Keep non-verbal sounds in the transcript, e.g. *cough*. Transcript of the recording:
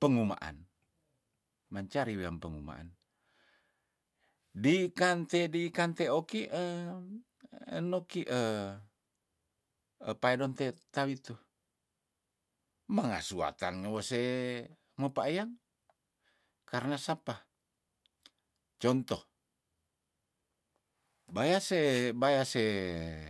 pengumaan mancari wiam pengumaan dei kan te dei kan te oki ehm enoki *hesitation* paidonte tawitu mengasu watan newese mepayang karna sapa contoh baya se baya se